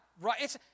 right